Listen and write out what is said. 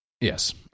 Yes